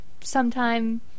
sometime